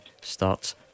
Starts